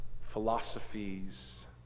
philosophies